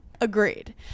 agreed